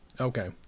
Okay